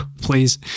Please